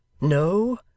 No